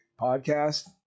podcast